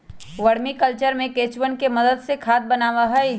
vermi culture में केंचुवन के मदद से खाद बनावा हई